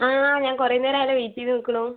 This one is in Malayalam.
ആ ഞാൻ കുറെ നേരം ആയല്ലൊ വെയിറ്റ് ചെയ്ത് നിക്കണൂ